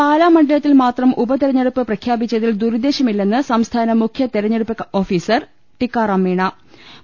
പാലാ മണ്ഡലത്തിൽ മാത്രം ഉപതെരഞ്ഞെടുപ്പ് പ്രഖ്യാപിച്ച തിൽ ദുരുദ്ദേശമില്ലെന്ന് സ്ഥാന മുഖ്യതെരഞ്ഞെടുപ്പ് ഓഫീസർ ടിക്കാറാം മീണ്